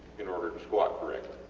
in order to squat correctly.